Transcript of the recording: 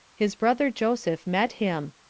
his brother joseph met him,